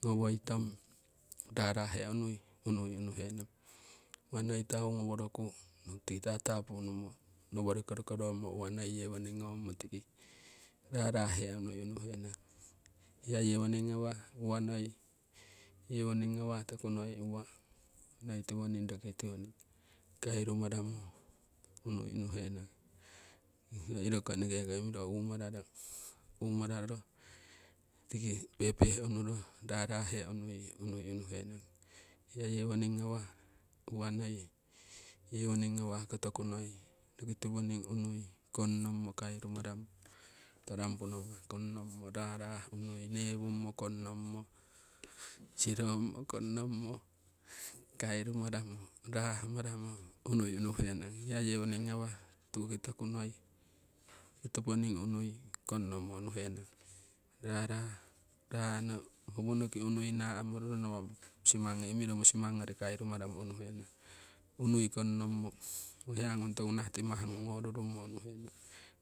Ngowoi tong rarah hee unui unuhenong uwa noi tau ngoworoku tiki tatapu unumo nowori korokorommo, uwa noi yewoning ngomo tiki rarah hee unui unuhenong hiya yewoning ngawah uwa noi, yewoning ngawah toku noi uwa noi tiwoning roki tiwoning kairu maramo unui unuhenong. Iroko eneke ko imiro umararo, umararo tiki pehpeh ununuro rarah hee unui unuhenong, hiya yewoning ngawah uwa noi yewoning ngawahko toku noi roki tiwoning unui kongnommo kairumaramo koto dampu namah kongnommo rahrah unui newummo kongnommo sirommo kongnommo kairumaramo rah maramo unui unuhenong. Hiya yewoning ngawah tu'uki toku noi roki toponing unui kongnommo unuhenong ra'no howonoki unui naamururo nawa' musimangi imiro kairu maramo unuhenong, unui kongnommo ho hiya ngung toku nah timah ngung ngorurummo unuhenong